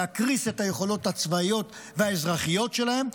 להקריס את היכולות הצבאיות והאזרחיות שלהם,